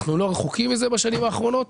אנחנו לא רחוקים מזה בשנים האחרונות.